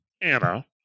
Anna